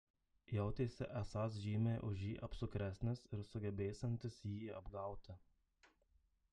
jautėsi esąs žymiai už jį apsukresnis ir sugebėsiantis jį apgauti